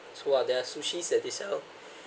who are there sushi's that they sell